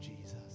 Jesus